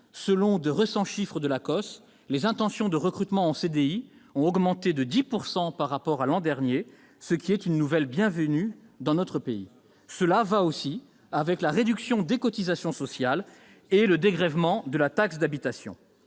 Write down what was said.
de sécurité sociale, l'ACOSS, les intentions de recrutements en CDI ont augmenté de 10 % par rapport à l'an dernier, ce qui est une nouvelle bienvenue dans notre pays. Cela va aussi avec la réduction des cotisations sociales et le dégrèvement de la taxe d'habitation.